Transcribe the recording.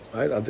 Right